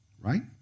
Right